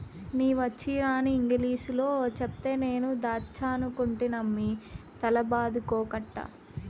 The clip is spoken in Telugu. నీ వచ్చీరాని ఇంగిలీసులో చెప్తే నేను దాచ్చనుకుంటినమ్మి తల బాదుకోకట్టా